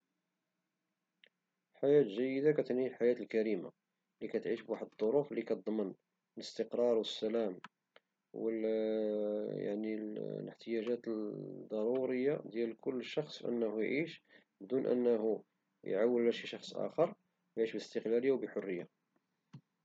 الحياة الجيدة هي تعيش بكرامة، تعيش وانت عندك أهم الأساسيات ديال الحياة وتعيش وعندك واحد العمل لي كتمارسو ولي كتبغيه، وهدي كلها شروط ديال الحياة الكريمة.